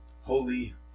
holy